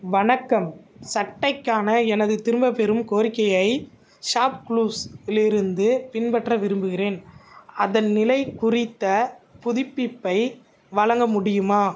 வணக்கம் சட்டைக்கான எனது திரும்பப் பெறும் கோரிக்கையை ஷாப் க்ளூஸ்யிலிருந்து பின்பற்ற விரும்புகிறேன் அதன் நிலை குறித்த புதுப்பிப்பை வழங்க முடியுமா